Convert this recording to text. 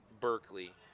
Berkeley